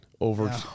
over